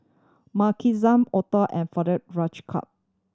Makenzie Otho and Fredericka